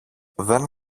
δεν